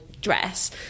dress